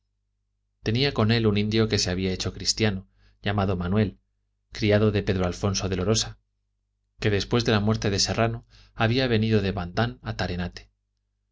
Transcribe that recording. tenía con él un indio que se había hecho cristiano llamado manuel criado de pedro alfonso de lorosa que después de gobernador a las